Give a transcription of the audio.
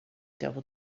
devil